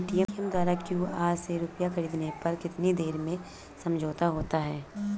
Paytm द्वारा QR से रूपए ख़रीदने पर कितनी देर में समझौता होता है?